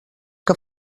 que